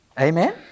Amen